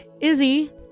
Izzy